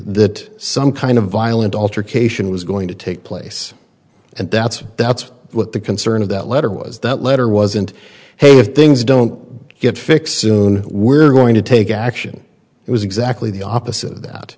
that some kind of violent altercation was going to take place and that's that's what the concern of that letter was that letter wasn't hey if things don't get fixed soon we're going to take action it was exactly the opposite of that